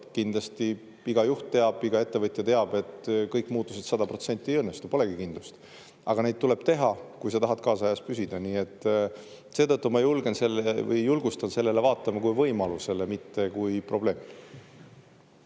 kindlasti iga juht teab ja iga ettevõtja teab, et kõik muudatused sada protsenti ei õnnestu, polegi sellist kindlust, aga neid tuleb teha, kui sa tahad kaasajas püsida. Seetõttu ma julgustan sellele vaatama kui võimalusele, mitte kui probleemile.